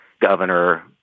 governor